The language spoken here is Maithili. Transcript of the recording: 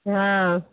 हँ